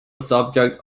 subject